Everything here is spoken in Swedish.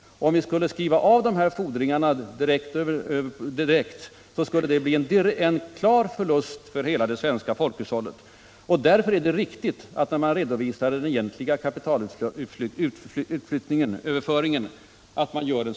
Om vi skulle skriva av fordringarna direkt skulle det innebära klara förluster för hela det svenska folkhushållet. Därför är det riktigt att man gör en sådan här revidering när man redovisar den egentliga kapitalöverföringen för utlandsinvesteringar.